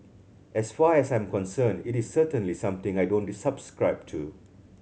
as far as I'm concerned it is certainly something I don't subscribe to